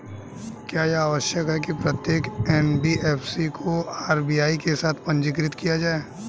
क्या यह आवश्यक है कि प्रत्येक एन.बी.एफ.सी को आर.बी.आई के साथ पंजीकृत किया जाए?